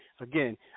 Again